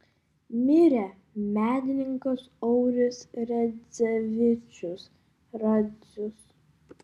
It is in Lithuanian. mirė menininkas auris radzevičius radzius